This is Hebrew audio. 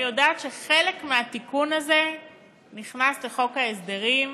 אני יודעת שחלק מהתיקון הזה נכנס לחוק ההסדרים,